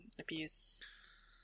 abuse